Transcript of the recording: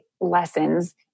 lessons